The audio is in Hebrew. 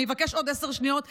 אני אבקש עוד עשר שניות מהיו"ר,